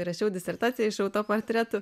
rašiau disertaciją iš autoportretų